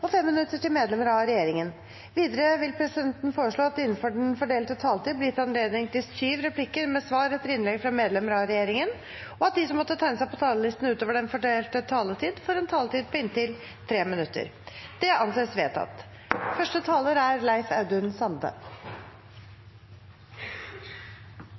og 5 minutter til medlemmer av regjeringen. Videre vil presidenten foreslå at det – innenfor den fordelte taletid – blir gitt anledning til tre replikker med svar etter innlegg fra medlemmer av regjeringen, og at de som måtte tegne seg på talerlisten utover den fordelte taletid, får en taletid på inntil 3 minutter. – Det anses vedtatt.